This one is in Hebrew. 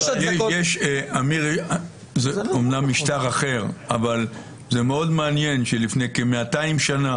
זה אמנם משטר אחר אבל זה מאוד מעניין שלפני כ-200 שנה